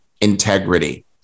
integrity